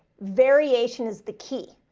variation is the key.